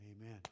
amen